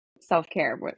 self-care